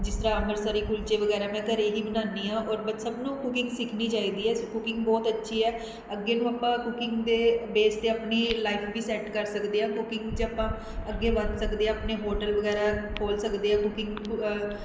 ਜਿਸ ਤਰ੍ਹਾਂ ਅੰਮ੍ਰਿਤਸਰੀ ਕੁਲਚੇ ਵਗੈਰਾ ਮੈਂ ਘਰੇ ਹੀ ਬਣਾਉਦੀ ਹਾਂ ਔਰ ਬਟ ਸਭ ਨੂੰ ਕੁਕਿੰਗ ਸਿੱਖਣੀ ਚਾਹੀਦੀ ਹੈ ਸੋ ਕੁਕਿੰਗ ਬਹੁਤ ਅੱਛੀ ਹੈ ਅੱਗੇ ਨੂੰ ਆਪਾਂ ਕੁਕਿੰਗ ਦੇ ਬੇਸ 'ਤੇ ਆਪਣੀ ਲਾਈਫ ਵੀ ਸੈੱਟ ਕਰ ਸਕਦੇ ਹਾਂ ਕੁਕਿੰਗ 'ਚ ਆਪਾਂ ਅੱਗੇ ਵਧ ਸਕਦੇ ਆਪਣੇ ਹੋਟਲ ਵਗੈਰਾ ਖੋਲ੍ਹ ਸਕਦੇ ਹਾਂ ਕੁਕਿੰਗ